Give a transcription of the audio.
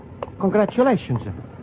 Congratulations